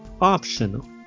optional